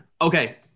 Okay